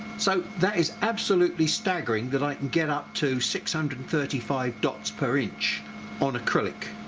so that is absolutely staggering that i can get up to six hundred and thirty five dots per inch on acrylic,